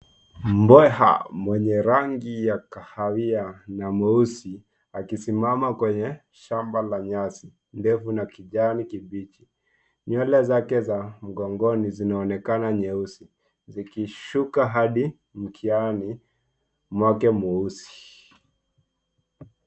Mbweha mwenye rangi ya kahawia na mweusi akisimama kwenye shamba la nyasi ndefu na kijani kibichi. Nywele zake za mgongoni zinaonekana nyeusi zikishuka hadi mkiani mwake mweusi.